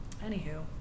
Anywho